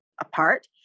apart